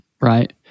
right